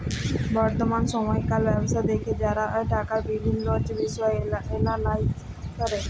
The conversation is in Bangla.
বর্তমাল সময়কার ব্যবস্থা দ্যাখে যারা টাকার বিভিল্ল্য বিষয় এলালাইজ ক্যরে